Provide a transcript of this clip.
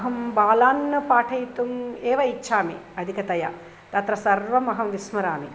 अहं बालान् पाठयितुम् एव इच्छामि अधिकतया तत्र सर्वम् अहं विस्मरामि